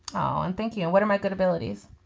oh i'm thinking and what am i going abilities.